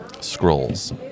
scrolls